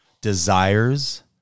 desires